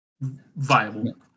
Viable